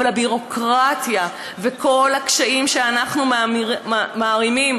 אבל הביורוקרטיה וכל הקשיים שאנחנו מערימים,